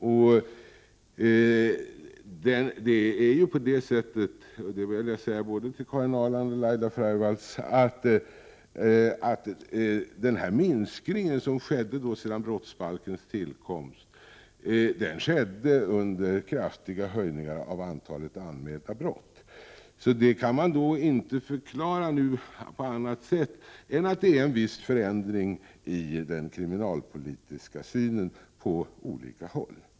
Jag vill säga till både Laila Freivalds och Karin Ahrland att samtidigt som den här minskningen skedde efter brottsbalkens tillkomst ökade antalet anmälda brott kraftigt. Detta kan man inte förklara på annat sätt än att det är fråga om en viss förändring i den kriminalpolitiska synen på olika håll.